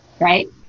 right